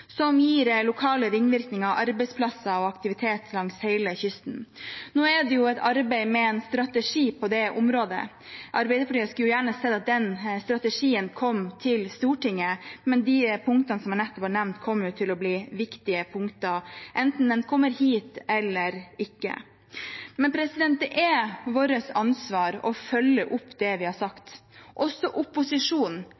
som gir lokale ringvirkninger, arbeidsplasser og aktivitet langs hele kysten. Nå er det et arbeid med en strategi på det området. Arbeiderpartiet skulle gjerne sett at den strategien kom til Stortinget, men de punktene jeg nettopp har nevnt, kommer til å bli viktige punkter enten den kommer hit eller ikke. Det er vårt ansvar å følge opp det vi har